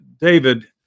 David